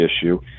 issue